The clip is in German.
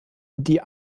die